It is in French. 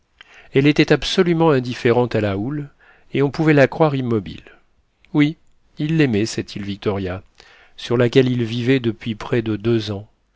elle était absolument indifférente à la houle et on pouvait la croire immobile oui ils l'aimaient cette île victoria sur laquelle ils vivaient depuis près de deux ans